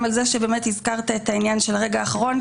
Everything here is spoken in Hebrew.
על זה שבאמת הזכרת את העניין של הרגע האחרון,